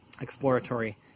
exploratory